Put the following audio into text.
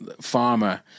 farmer